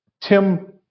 tim